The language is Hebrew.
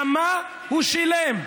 כמה הוא שילם?